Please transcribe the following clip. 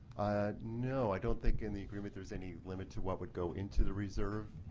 no. i don't think in the agreement there is any limit to what would go into the reserve.